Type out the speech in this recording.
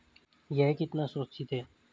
यह कितना सुरक्षित है?